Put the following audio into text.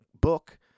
book